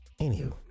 Anywho